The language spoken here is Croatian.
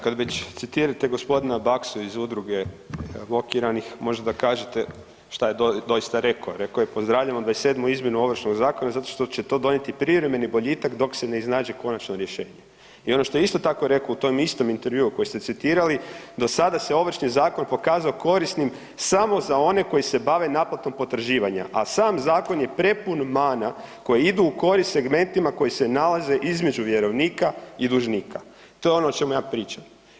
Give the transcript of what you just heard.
Kad već citirate gospodina Baksu iz Udruge blokiranih možda da kažete što je doista rekao, rekao je: „Pozdravljamo 27. izmjenu Ovršnog zakona zato što će to donijeti privremeni boljitak dok se ne iznađe konačno rješenje.“ I ono što je isto tako rekao u tom istom intervjuu koji ste citirali: „Do sada se Ovršni zakon pokazao korisnim samo za one koji se bave naplatom potraživanja, a sam zakon je prepun mana koje idu u korist segmentima koji se nalaze između vjerovnika i dužnika.“ To je ono o čemu ja pričam.